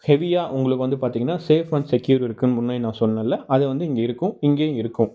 ஹெவியாக உங்களுக்கு வந்து பார்த்தீங்கன்னா சேஃப் அண்ட் செக்யூயர் இருக்கும்னு முன்னாடி நான் சொன்னன்ல அது வந்து இங்கே இருக்கும் இங்கேயும் இருக்கும்